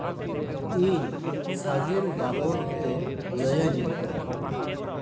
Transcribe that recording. ᱤᱧ ᱥᱟᱜᱮᱱ ᱵᱟᱵᱚᱫ ᱛᱮ ᱞᱟᱹᱭᱟᱹᱧ ᱢᱮ